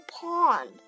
pond